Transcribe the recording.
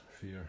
Fear